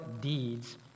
deeds